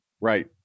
right